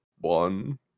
one